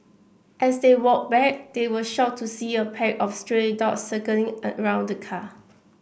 as they walked back they were shocked to see a pack of stray dogs circling around the car